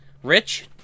Rich